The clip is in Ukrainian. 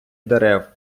дерев